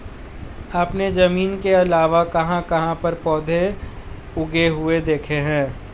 आपने जमीन के अलावा कहाँ कहाँ पर पौधे उगे हुए देखे हैं?